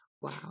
Wow